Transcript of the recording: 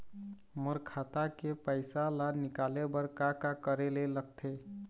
मोर खाता के पैसा ला निकाले बर का का करे ले लगथे?